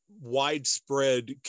widespread